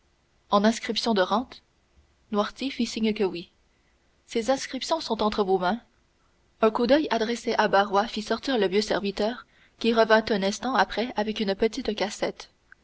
en inscriptions de rentes noirtier fit signe que oui ces inscriptions sont entre vos mains un coup d'oeil adressé à barrois fit sortir le vieux serviteur qui revint un instant après avec une petite cassette